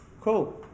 Cool